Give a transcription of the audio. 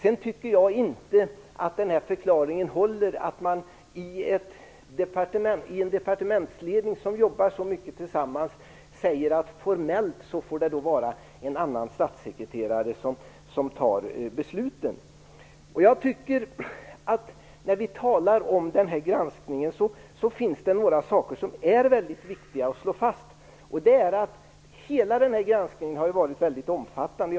Jag tycker inte att förklaringen håller att man i en departementsledning som jobbar så mycket tillsammans säger att formellt får det vara en annan statssekreterare som tar besluten. När vi talar om den här granskningen är det några saker som det är väldigt viktigt att slå fast. En är att hela den här granskningen har varit väldigt omfattande.